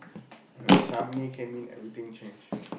Shamini came in everything change